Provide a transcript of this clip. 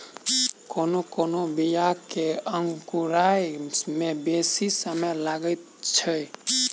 कोनो कोनो बीया के अंकुराय मे बेसी समय लगैत छै